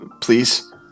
please